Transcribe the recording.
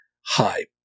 Hi